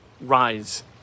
rise